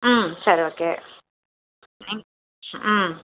ம் சரி ஓகே நீங் ம்